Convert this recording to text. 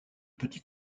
petit